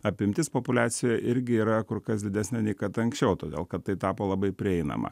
apimtis populiacijoj irgi yra kur kas didesnė nei kad anksčiau todėl kad tai tapo labai prieinama